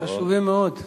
חשובים מאוד.